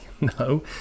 No